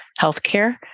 healthcare